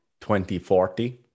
2040